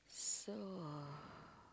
so